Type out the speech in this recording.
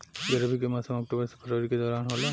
रबी के मौसम अक्टूबर से फरवरी के दौरान होला